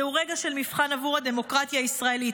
זהו רגע של מבחן עבור הדמוקרטיה הישראלית.